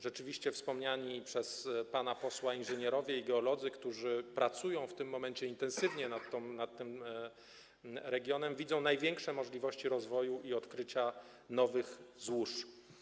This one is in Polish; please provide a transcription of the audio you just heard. Rzeczywiście wspomniani przez pana posła inżynierowie i geolodzy, którzy pracują w tym momencie intensywnie w tym regionie, widzą największe możliwości rozwoju i odkrycia nowych złóż.